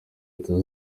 leta